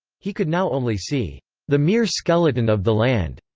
he could now only see the mere skeleton of the land.